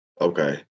Okay